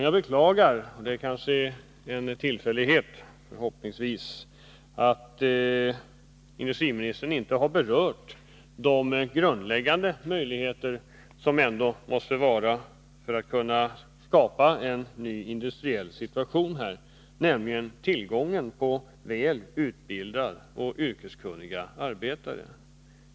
Jag beklagar — jag hoppas att det var en tillfällighet — att industriministern inte berörde de möjligheter som ändå måste vara grundläggande för att skapa en ny industriell situation, nämligen tillgången på välutbildade och yrkeskunniga arbetare.